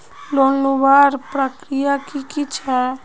Loan लुबार प्रक्रिया की की छे?